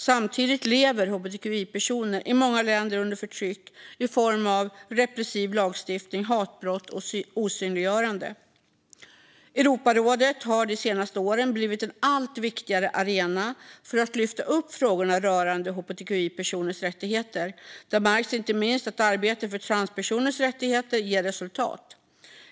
Samtidigt lever hbtqi-personer i många länder under förtryck i form av repressiv lagstiftning, hatbrott och osynliggörande. Europarådet har de senaste åren blivit en allt viktigare arena för att lyfta upp frågorna rörande hbtqi-personers rättigheter. Där märks inte minst att arbetet för transpersoners rättigheter ger resultat.